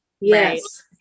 Yes